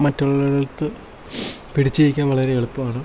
മറ്റുള്ളവരുടെ അടുത്ത് പിടിച്ചു നിൽക്കാൻ വളരെ എളുപ്പമാണ്